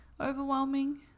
overwhelming